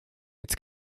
its